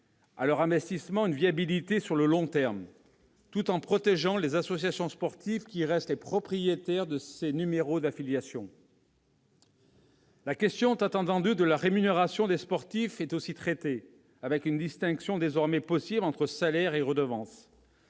à leur investissement, tout en protégeant les associations sportives qui restent les propriétaires de ces numéros d'affiliation. La question tant attendue de la rémunération des sportifs est aussi traitée, avec une distinction désormais possible entre salaire et redevance.